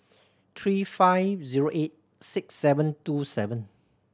three five zero eight six seven two seven